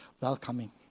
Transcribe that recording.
welcoming